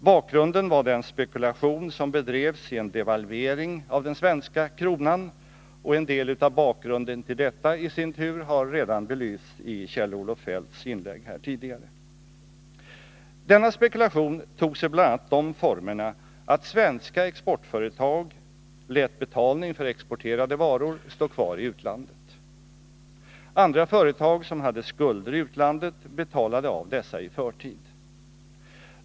Bakgrunden var den spekulation som bedrevs i en devalvering av den svenska kronan. Bakgrunden till detta i sin tur har delvis belysts i Kjell-Olof Feldts inlägg här tidigare. Denna spekulation tog sig bl.a. de formerna att svenska exportföretag lät betalning för exporterade varor stå kvari utlandet. Andra företag som hade skulder i utlandet betalade av dessa i förtid.